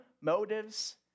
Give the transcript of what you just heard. motives